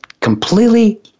completely